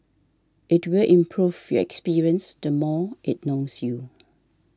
it will improve your experience the more it knows you